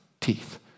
teeth